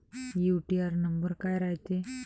UTR number काय रायते?